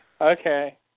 Okay